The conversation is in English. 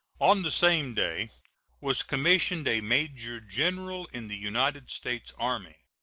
on the same day was commissioned a major-general in the united states army.